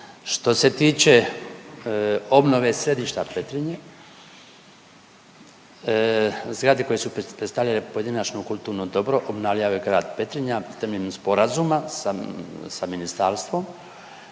Što se tiče obnove središta Petrinje zgrade koje su predstavljale pojedinačno kulturno dobro obnavljao je grad Petrinja temeljem sporazuma sa, sa ministarstvom